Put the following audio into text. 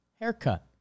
haircut